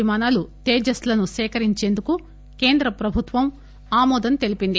విమానాలు తేజస్లను సేకరించేందుకు కేంద్ర ప్రభుత్వ ఆమోదం తెలిపింది